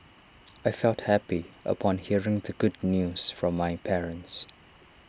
I felt happy upon hearing the good news from my parents